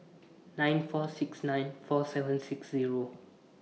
nine four six nine four seven six Zero